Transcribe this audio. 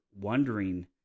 wondering